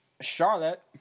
Charlotte